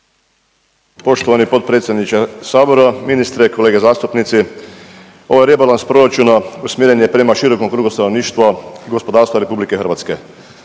Poštovani potpredsjedniče sabora, ministre, kolege zastupnici, ovaj rebalans proračuna usmjeren je prema širokom krugu stanovništva, gospodarstva RH. Snažan rast